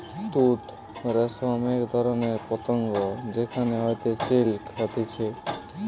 তুত রেশম এক ধরণের পতঙ্গ যেখান হইতে সিল্ক হতিছে